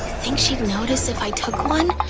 think she'd notice if i took one?